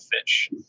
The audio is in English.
fish